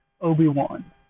Obi-Wan